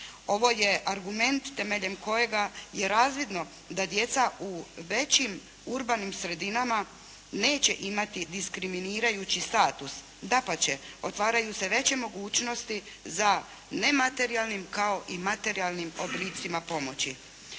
Ovo je argument temeljem kojega je razvidno da djeca u većim urbanim sredinama neće imati diskriminirajući status. Dapače, otvaraju se veće mogućnosti za nematerijalnim, kao i materijalnim oblicima pomoći.